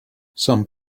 some